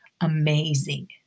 amazing